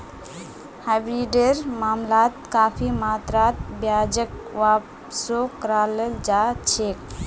हाइब्रिडेर मामलात काफी मात्रात ब्याजक वापसो कराल जा छेक